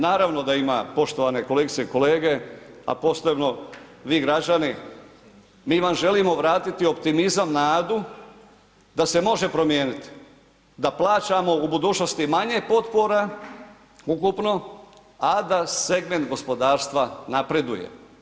Naravno da ima poštovane kolegice i kolege a posebno vi građani, mi vam želimo vratiti optimizam, nadu da se može promijeniti, da plaćamo u budućnosti manje potpora ukupno a da segment gospodarstva napreduje.